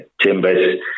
chambers